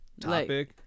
topic